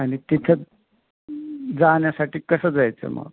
आणि तिथं जाण्यासाठी कसं जायचं मग